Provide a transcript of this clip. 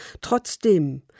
Trotzdem